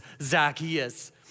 Zacchaeus